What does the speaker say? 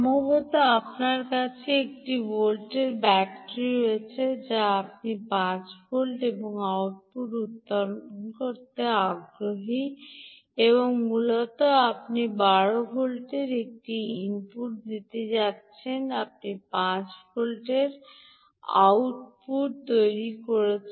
সম্ভবত আপনার কাছে একটি ভোল্টের ব্যাটারি রয়েছে যা আপনি 5 ভোল্ট এবং আউটপুট উত্পন্ন করতে আগ্রহী এবং মূলত আপনি 12 ভোল্টের একটি ইনপুট দিতে যাচ্ছেন আপনি 5 ভোল্টের আউটপুট তৈরি করছেন